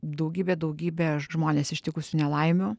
daugybė daugybė žmones ištikusių nelaimių